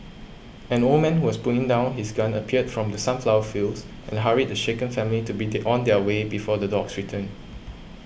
an old man who was putting down his gun appeared from the sunflower fields and hurried the shaken family to begin on their way before the dogs return